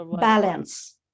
Balance